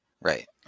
Right